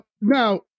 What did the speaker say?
Now